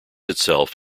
itself